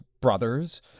brothers